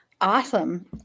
Awesome